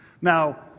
Now